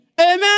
Amen